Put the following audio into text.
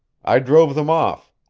i drove them off.